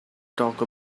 talk